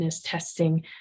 testing